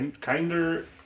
Kinder